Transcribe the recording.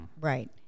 Right